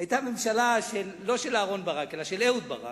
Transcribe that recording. היתה ממשלה לא של אהרן ברק אלא של אהוד ברק,